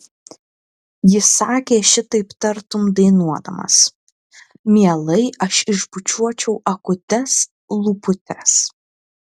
jis sakė šitaip tartum dainuodamas mielai aš išbučiuočiau akutes lūputes